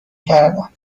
کردم